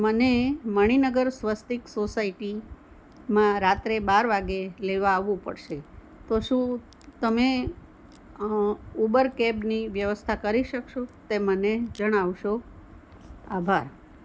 મને મણિનગર સ્વસ્તિક સોસાયટીમાં રાત્રે બાર વાગ્યે લેવા આવું પડશે તો શું તમે ઉબર કેબની વ્યવસ્થા કરી શકશો તે મને જણાવશો આભાર